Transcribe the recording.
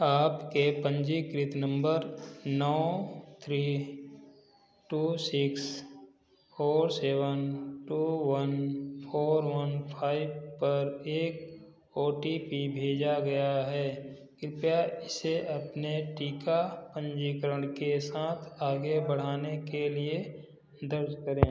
आपके पंजीकृत नंबर नौ three two six four seven two one four one five पर एक ओ टी पी भेजा गया है कृपया इसे अपने टीका पंजीकरण के साथ आगे बढ़ाने के लिए दर्ज करें